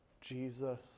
jesus